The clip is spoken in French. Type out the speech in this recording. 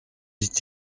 dit